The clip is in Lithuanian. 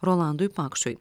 rolandui paksui